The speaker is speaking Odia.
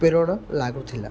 ପ୍ରେରଣା ଲାଗୁଥିଲା